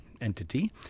entity